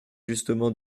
justement